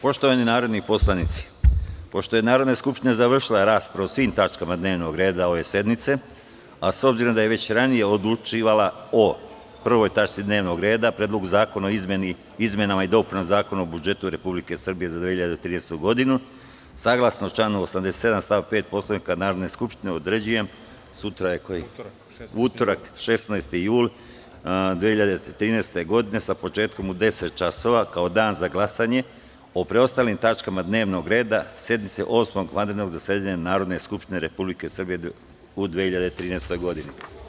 Poštovani narodni poslanici, pošto je Narodna skupština završila raspravu o svim tačkama dnevnog reda ove sednice, a s obzirom da je već ranije odlučivala o 1. tački dnevnog reda – Predlogu zakona o izmenama i dopunama Zakona o budžetu Republike Srbije za 2013. godinu, saglasno članu 87. stav 5. Poslovnika Narodne skupštine, određujem utorak, 16. jul 2013. godine, sa početkom u 10.00 časova, kao Dan za glasanje o preostalim tačkama dnevnog reda sednice Osmog vanrednog zasedanja Narodne skupštine Republike Srbije u 2013. godini.